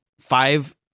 Five